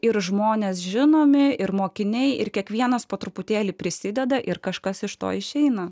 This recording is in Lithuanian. ir žmonės žinomi ir mokiniai ir kiekvienas po truputėlį prisideda ir kažkas iš to išeina